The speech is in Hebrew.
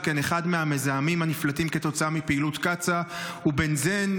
שכן אחד מהמזהמים הנפלטים כתוצאה מפעילות קצא"א הוא בנזן.